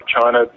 China